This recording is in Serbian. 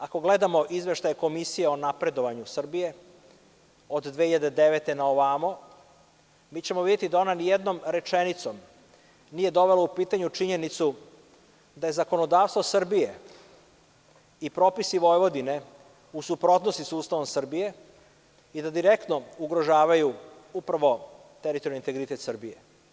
Ako gledamo izveštaje komisije o napredovanju Srbije od2009. godine na ovamo, videćemo da ona nijednom rečenicom nije dovela u pitanje činjenicu da zakonodavstvo Srbije i propisi Vojvodine su u suprotnosti sa Ustavom Srbije i da direktno ugrožavaju teritorijalni integritet Srbije.